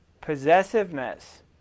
possessiveness